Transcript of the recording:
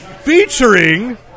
Featuring